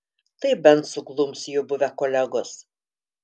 tai bent suglums jo buvę kolegos